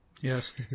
yes